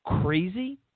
crazy